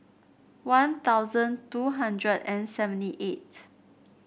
One Thousand two hundred and seventy eight